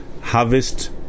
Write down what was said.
harvest